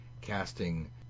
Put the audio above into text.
casting